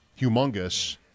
humongous